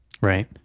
Right